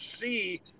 see